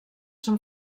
són